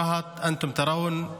הערבית, להלן תרגומם: